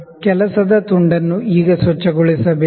work piece ಈಗ ಸ್ವಚ್ಛಗೊಳಿಸಬೇಕು